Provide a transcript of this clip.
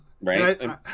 right